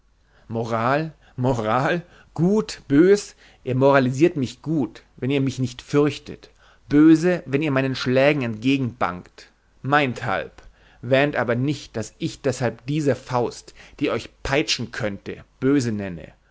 moral moral gut bös ihr moralisiert mich gut wenn ihr mich nicht fürchtet böse wenn ihr meinen schlägen entgegen bangt meinthalb wähnt aber nicht daß ich deshalb diese faust die euch peitschen könnte böse nenne